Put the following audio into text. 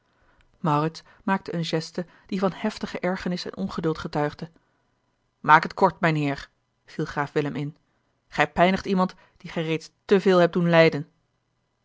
maakte eene geste die van heftige ergernis en ongeduld getuigde aak het kort mijnheer viel graaf willem in gij pijnigt iemand dien gij reeds te veel hebt doen lijden